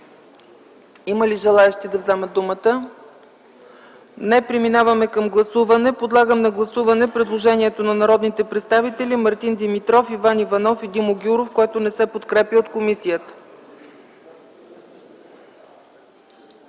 Има ли желаещи да вземат думата? Няма. Подлагам на гласуване предложението на народните представители Мартин Димитров, Иван Иванов и Димо Гяуров, което не се подкрепя от комисията.